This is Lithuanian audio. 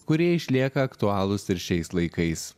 kurie išlieka aktualūs ir šiais laikais